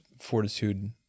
fortitude